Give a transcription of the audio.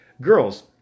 girls